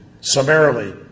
summarily